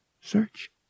Search